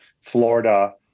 Florida